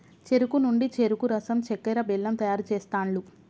చెరుకు నుండి చెరుకు రసం చెక్కర, బెల్లం తయారు చేస్తాండ్లు